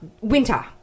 winter